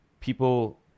people